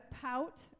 pout